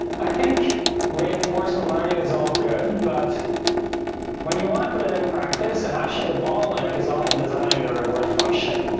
i think reinforcement learning is all good, but when you wanna put it in practice, actually the bottleneck is often designing the reward function.